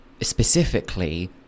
Specifically